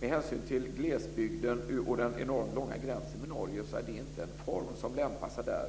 Med hänsyn till glesbygden och den enormt långa gränsen mellan Norge och Sverige är det inte en form som lämpar sig där.